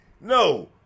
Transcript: No